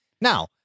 Now